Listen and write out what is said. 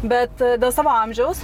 bet dėl savo amžiaus